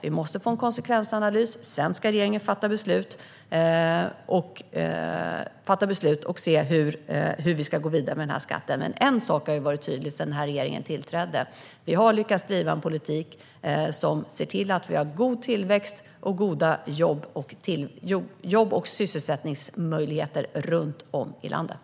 Vi måste få en konsekvensanalys, och sedan ska regeringen fatta beslut och se hur vi ska gå vidare med skatten. Men en sak har varit tydlig sedan regeringen tillträdde: Vi har lyckats driva en politik som ser till att vi har god tillväxt och goda jobb och sysselsättningsmöjligheter runt om i landet.